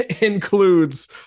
includes